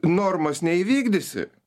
normos neįvykdysi